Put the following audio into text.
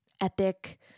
epic